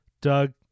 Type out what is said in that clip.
Doug